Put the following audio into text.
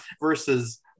versus